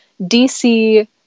DC